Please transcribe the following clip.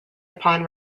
upon